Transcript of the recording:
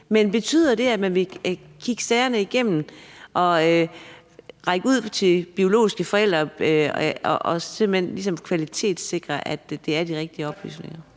men betyder det, at man vil kigge sagerne igennem og række ud til de biologiske forældre og simpelt hen ligesom kvalitetssikre, at det er de rigtige oplysninger,